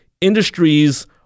industries